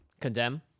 condemn